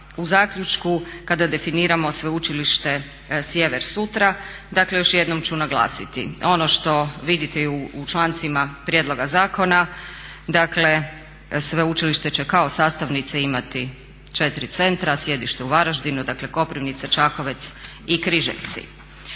u zaključku kada definiramo Sveučilište Sjever sutra. Dakle, još jednom ću naglasiti. Ono što vidite i u člancima prijedloga zakona, dakle Sveučilište će kao sastavnice imati 4 centra, sjedište u Varaždinu, dakle Koprivnica, Čakovec i Križevci.